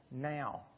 now